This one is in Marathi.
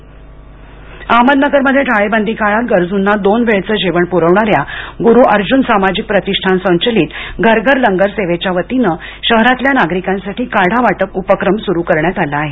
लंगर अहमदनगर मध्ये टाळेबंदी काळात गरजूंना दोन वेळचं जेवण प्रवणार्या ग्रु अर्जून सामाजिक प्रतिष्ठान संचलित घर घर लंगर सेवेच्या वतीनं शहरातल्या नागरिकांसाठी काढावाटप उपक्रम सुरु करण्यात आला आहे